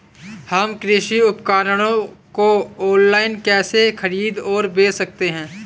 हम कृषि उपकरणों को ऑनलाइन कैसे खरीद और बेच सकते हैं?